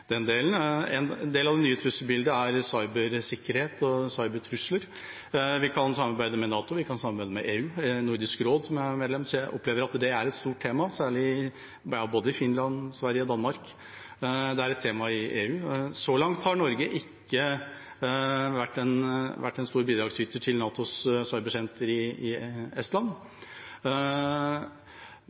den delen. En del av det nye trusselbildet er cybersikkerhet og cybertrusler. Vi kan samarbeide med NATO, vi kan samarbeide med EU, vi kan samarbeide med Nordisk råd, der vi er medlem. Jeg opplever at det er et stort tema, i både Finland, Sverige og Danmark, og det er et tema i EU. Så langt har Norge ikke vært en stor bidragsyter til NATOs cybersenter i Estland.